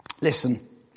Listen